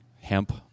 Hemp